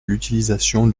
l’utilisation